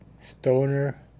Stoner